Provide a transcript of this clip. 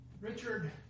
Richard